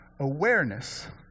awareness